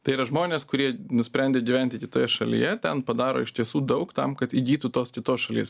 tai yra žmonės kurie nusprendė gyventi kitoje šalyje ten padaro iš tiesų daug tam kad įgytų tos kitos šalies